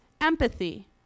empathy